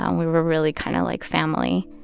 and we were really kind of like family.